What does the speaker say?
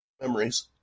memories